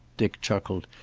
dick chuckled,